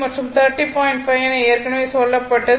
5 என ஏற்கனவே சொல்லப்பட்டது